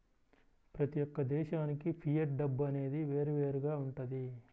ప్రతి యొక్క దేశానికి ఫియట్ డబ్బు అనేది వేరువేరుగా వుంటది